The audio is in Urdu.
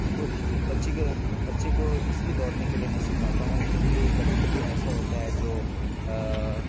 دو بچے کے بچے کو اس لیے دوڑنے کے لیے میں سکھاتا ہوں کیونکہ کبھی کبھی ایسا ہوتا ہے جو